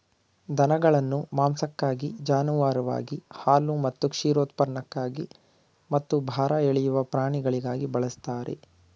ದನಗಳನ್ನು ಮಾಂಸಕ್ಕಾಗಿ ಜಾನುವಾರುವಾಗಿ ಹಾಲು ಮತ್ತು ಕ್ಷೀರೋತ್ಪನ್ನಕ್ಕಾಗಿ ಮತ್ತು ಭಾರ ಎಳೆಯುವ ಪ್ರಾಣಿಗಳಾಗಿ ಬಳಸ್ತಾರೆ